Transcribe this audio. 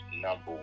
number